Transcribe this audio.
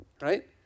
right